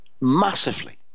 Massively